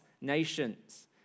nations